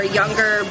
younger